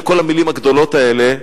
בכל המלים הגדולות האלה.